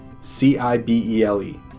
C-I-B-E-L-E